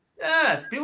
Yes